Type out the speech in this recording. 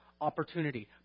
opportunity